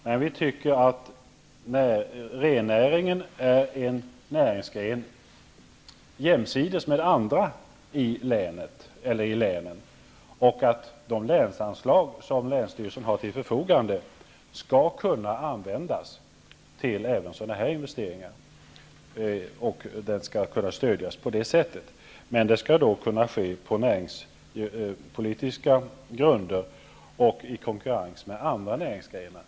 Men vi tycker att renskötseln är en näringsgren som skall ställas jämsides med andra i länen och att de länsanslag som länsstyrelsen har till förfogande skall kunna användas även till sådana här investeringar, som därigenom kan stödjas. Men det skall ske på näringspolitiska grunder och i konkurrens med andra näringsgrenar.